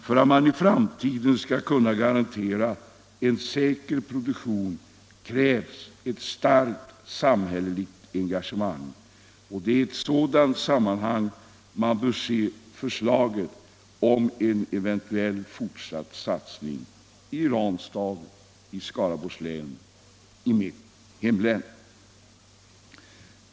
För att man i framtiden skall kunna garantera en säker produktion krävs ett starkt samhälleligt engagemang. Det är i ett sådant sammanhang man bör se förslaget om en eventuell fortsatt satsning i Ranstad i Skaraborgs län — i mitt hemlän.